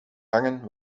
hangen